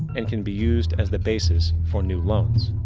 and can be used as the basis for new loans.